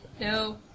No